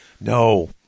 No